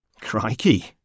Crikey